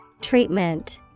Treatment